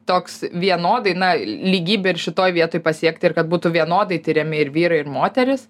toks vienodai na lygybė ir šitoj vietoj pasiekti ir kad būtų vienodai tiriami ir vyrai ir moterys